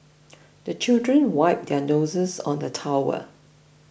the children wipe their noses on the towel